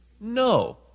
No